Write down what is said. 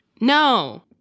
no